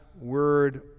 Word